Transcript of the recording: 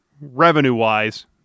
revenue-wise